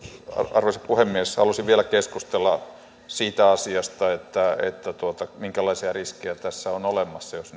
arvoisa puhemies halusin vielä keskustella siitä asiasta minkälaisia riskejä tässä on olemassa jos